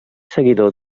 seguidor